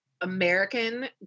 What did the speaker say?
American